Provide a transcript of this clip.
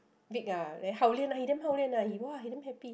Vic ah then hao lian ah he damn hao lian ah !wah! he damn happy